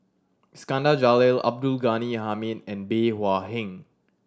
Iskandar Jalil Abdul Ghani Hamid and Bey Hua Heng